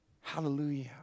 Hallelujah